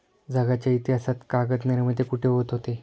जगाच्या इतिहासात कागद निर्मिती कुठे होत होती?